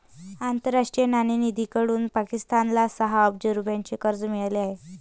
आंतरराष्ट्रीय नाणेनिधीकडून पाकिस्तानला सहा अब्ज रुपयांचे कर्ज मिळाले आहे